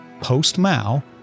post-Mao